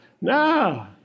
no